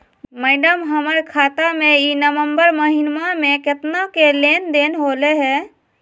madam, हमर खाता में ई नवंबर महीनमा में केतना के लेन देन होले है